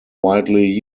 widely